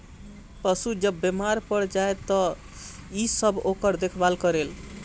पशु जब बेमार पड़ जाए त इ सब ओकर देखभाल करेल